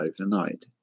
overnight